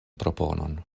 proponon